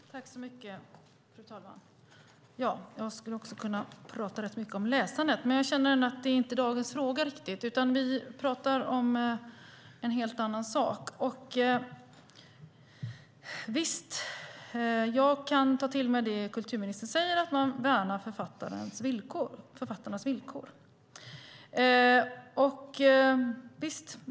Fru talman! Jag skulle också kunna tala rätt mycket om läsandet. Det är dock inte riktigt dagens fråga, utan vi talar om en helt annan sak. Jag kan ta till mig det kulturministern säger om att man värnar författarnas villkor.